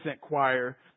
choir